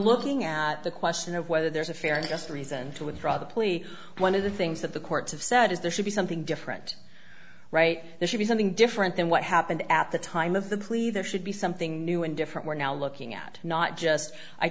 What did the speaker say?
looking at the question of whether there's a fair and just reason to withdraw the plea one of the things that the courts have said is there should be something different right there should be something different than what happened at the time of the plea there should be something new and different we're now looking at not just i